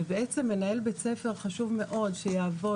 ובעצם מנהל בית ספר חשוב מאוד שיעבוד